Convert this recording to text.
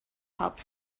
help